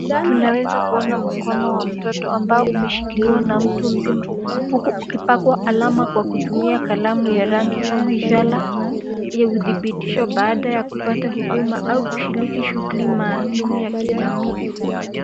Tunaweza kuona mkono wa mtoto ambao imeshikiliwa na mtu mzima huku ukipakwa alama kwa kutumia kalamu ya rangi kama ishara ya utibitisho baada ya kupata huduma au kushiriki Shughuli kamili ya kijamii.